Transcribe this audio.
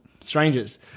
strangers